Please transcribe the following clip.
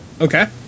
Okay